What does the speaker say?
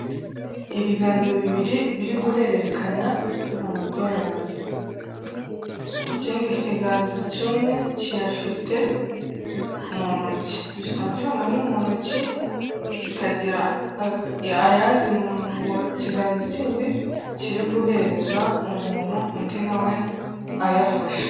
Ibiganza bibiri biri guhererekanya amadolari. Ikindi kiganza cy'umwe kiyafite mu ntoki, gifite amafaranga amwe mu ntoki, kikagira ayandi mu kiganza kindi, kiri guhereza umuntu undi nawe ayafashe.